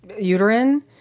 uterine